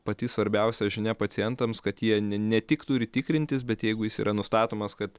pati svarbiausia žinia pacientams kad jie ne ne tik turi tikrintis bet jeigu jis yra nustatomas kad